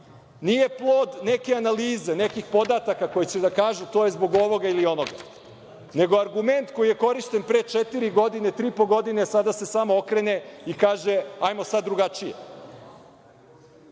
nije plod neke analize, nekih podataka koji će da kažu to je zbog ovoga ili onoga, nego argument koji je korišćen pre tri i po, četiri godine, sada se samo okrene i kaže – hajdemo sada drugačije. Mi